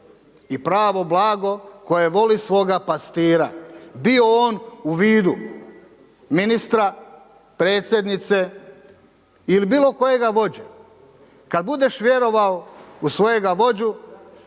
i pravo blago koje voli svojega pastira, bio on u vidu ministra, predsjednice ili bilo kojega vođe. Kada budeš vjerovao u svojega vođu